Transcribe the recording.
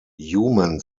human